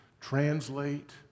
translate